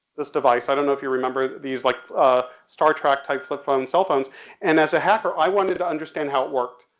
this device, i don't know if you remember, these like star trek type flip phone cell phones and as a hacker i wanted to understand how it worked.